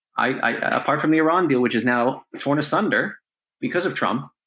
i, apart from the iran deal, which is now torn asunder because of trump,